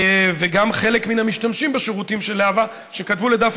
וגם חלק מהמשתמשים בשירותים של להב"ה שכתבו לדף